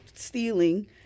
stealing